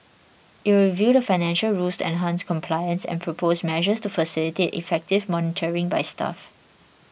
it will review the financial rules to enhance compliance and propose measures to facilitate effective monitoring by staff